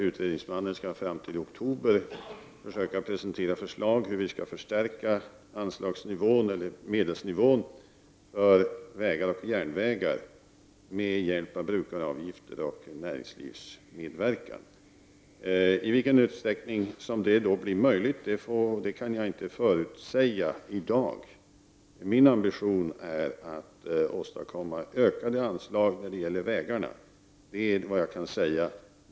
Utredningsmannen skall senast i oktober försöka presentera ett förslag till hur vi skall förstärka medelsnivån för vägar och järnvägar med hjälp av brukaravgifter och näringslivsmedverkan. I vilken utsträckning som det blir möjligt kan jag inte förutsäga i dag. Min ambition är att åstadkomma ökade anslag när det gäller vägarna. Det är vad jag kan säga.